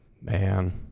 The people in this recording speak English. man